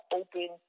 open